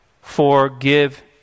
forgive